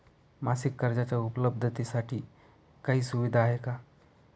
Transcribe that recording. मासिक कर्जाच्या उपलब्धतेसाठी काही सुविधा आहे का?